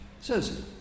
says